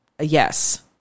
Yes